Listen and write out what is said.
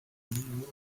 new